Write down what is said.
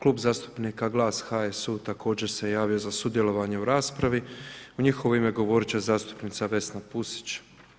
Klub zastupnika GLAS, HSU također se javio za sudjelovanje u raspravi, u njihovo ime govoriti će zastupnica Vesna Pusić.